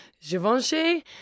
Givenchy